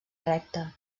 recte